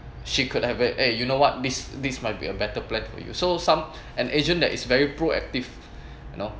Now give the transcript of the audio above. she could have a eh you know what this this might be a better plan for you so some an agent that is very proactive you know